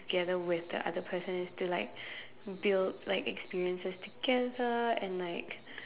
together with the other person is to like build like experiences together and like